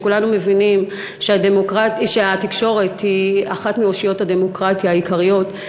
כשכולנו מבינים שהתקשורת היא אחת מאושיות הדמוקרטיה העיקריות,